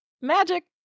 magic